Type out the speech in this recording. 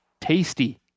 tasty